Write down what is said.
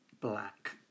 black